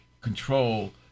control